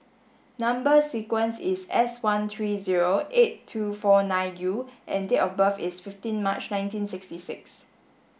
number sequence is S one three zero eight two four nine U and date of birth is fifteen March nineteen sixty six